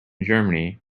germany